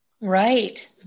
Right